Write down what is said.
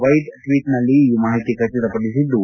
ವೈದ್ ಟ್ವೀಟ್ನಲ್ಲಿ ಈ ಮಾಹಿತಿ ಖಚಿತಪಡಿಸಿದ್ದು